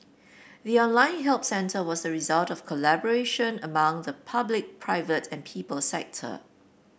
the online help centre was a result of collaboration among the public private and people sector